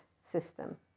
system